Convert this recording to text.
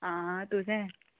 आं तुसें